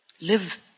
Live